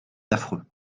affreux